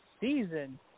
season